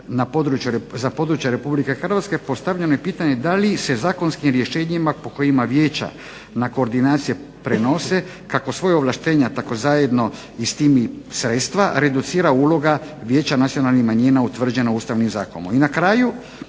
za područje Republike Hrvatske postavljeno je pitanje da li se zakonskim rješenjima po kojima vijeća na koordinacije prenose kako svoja ovlaštenja tako zajedno i s tim sredstva reducira uloga Vijeća nacionalnih manjina utvrđena Ustavnim zakonom.